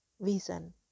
vision